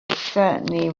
certainly